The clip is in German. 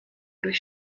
durch